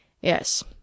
Yes